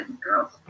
girls